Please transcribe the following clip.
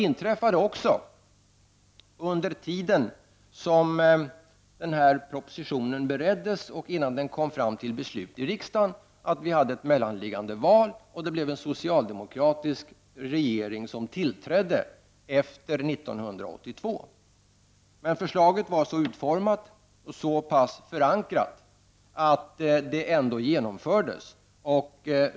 Under den tid som propositionen bereddes, och innan den kom till beslut i riksdagen, kom det ett mellanliggande val, och en socialdemokratisk regering tillträdde 1982. Förslaget var så förankrat att det ändå genomfördes.